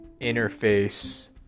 interface